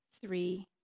three